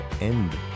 end